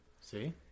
See